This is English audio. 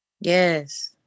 Yes